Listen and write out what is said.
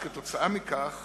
כתוצאה מכך